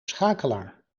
schakelaar